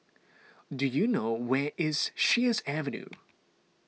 do you know where is Sheares Avenue